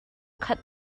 khat